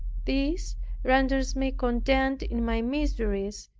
this renders me content in my miseries,